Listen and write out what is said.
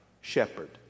shepherd